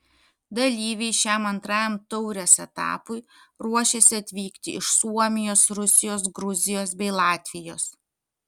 dalyviai šiam antrajam taurės etapui ruošiasi atvykti iš suomijos rusijos gruzijos bei latvijos